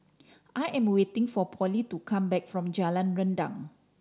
I am waiting for Polly to come back from Jalan Rendang